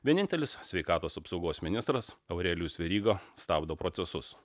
vienintelis sveikatos apsaugos ministras aurelijus veryga stabdo procesus